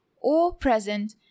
all-present